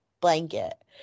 blanket